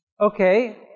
Okay